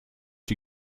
die